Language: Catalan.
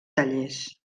tallers